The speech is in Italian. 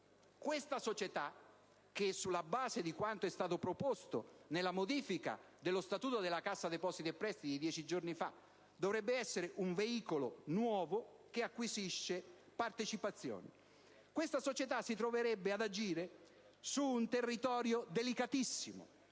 Questa società, che sulla base di quanto è stato proposto nella modifica dello Statuto della Cassa depositi e prestiti dieci giorni fa dovrebbe essere un veicolo nuovo che acquisisce partecipazioni, si troverebbe ad agire su un territorio delicatissimo